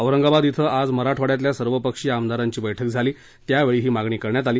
औरंगाबाद इथं आज मराठवाड्यातल्या सर्वपक्षीय आमदारांची बैठक झाली त्यावेळी ही मागणी करण्यात आली